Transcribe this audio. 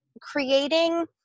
Creating